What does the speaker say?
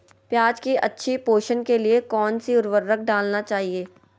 प्याज की अच्छी पोषण के लिए कौन सी उर्वरक डालना चाइए?